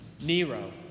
Nero